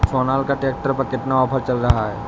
Sonalika tractor में कितना offer चल रहा है?